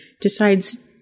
decides